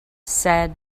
said